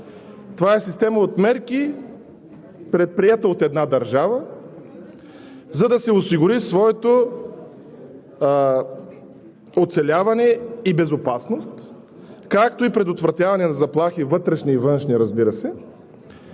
това е система от мерки, предприета от една държава, за да си осигури своето оцеляване и безопасност, както и предотвратяване на заплахи – вътрешни и външни, и закрила